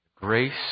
grace